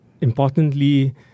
importantly